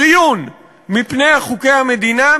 שריוּן מפני חוקי המדינה,